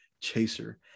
chaser